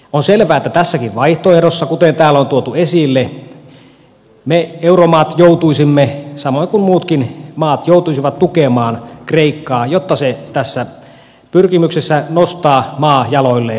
on selvää että tässäkin vaihtoehdossa kuten täällä on tuotu esille me euromaat joutuisimme samoin kuin muutkin maat tukemaan kreikkaa jotta se tässä pyrkimyksessä nostaa maa jaloilleen onnistuisi